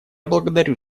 благодарю